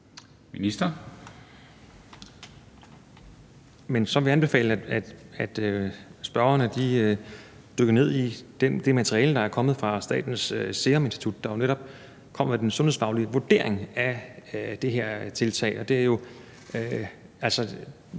Heunicke): Så vil jeg anbefale, at spørgerne dykker ned i det materiale, der er kommet fra Statens Serum Institut, der jo netop kommer med den sundhedsfaglige vurdering af det her tiltag.